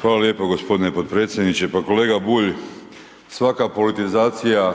Hvala lijepo g. potpredsjedniče. Pa kolega Bulj, svaka politizacija